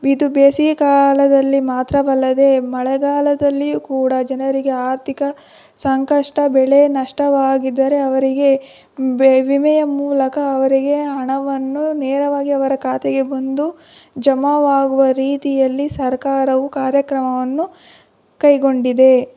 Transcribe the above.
ಇದು ಬೇಸಿಗೆ ಕಾಲದಲ್ಲಿ ಮಾತ್ರವಲ್ಲದೇ ಮಳೆಗಾಲದಲ್ಲಿಯೂ ಕೂಡ ಜನರಿಗೆ ಆರ್ಥಿಕ ಸಂಕಷ್ಟ ಬೆಳೆ ನಷ್ಟವಾಗಿದ್ದರೆ ಅವರಿಗೆ ಬೆ ವಿಮೆಯ ಮೂಲಕ ಅವರಿಗೆ ಹಣವನ್ನು ನೇರವಾಗಿ ಅವರ ಖಾತೆಗೆ ಬಂದು ಜಮಾವಾಗುವ ರೀತಿಯಲ್ಲಿ ಸರಕಾರವು ಕಾರ್ಯಕ್ರಮವನ್ನು ಕೈಗೊಂಡಿದೆ